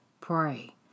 Pray